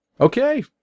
Okay